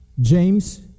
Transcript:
James